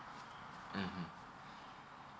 mmhmm